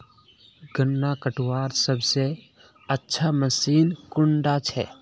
गन्ना कटवार सबसे अच्छा मशीन कुन डा छे?